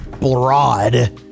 broad